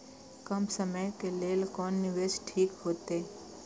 कम समय के लेल कोन निवेश ठीक होते?